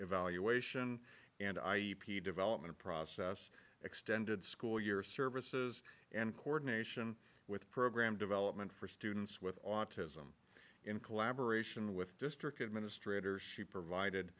evaluation and i e p development process extended school year services and coordination with program development for students with autism in collaboration with district administrators she provided